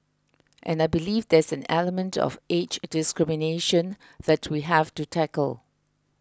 and I believe there's an element of age discrimination that we have to tackle